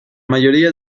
mayoría